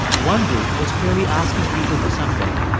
one booth was clearly asking people for something,